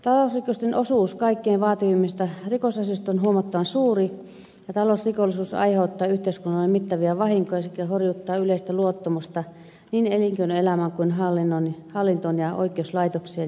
talousrikosten osuus kaikkein vaativimmista rikosasioista on huomattavan suuri ja talousrikollisuus aiheuttaa yhteiskunnalle mittavia vahinkoja sekä horjuttaa yleistä luottamusta niin elinkeinoelämään kuin hallintoon ja oikeuslaitokseen